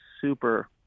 super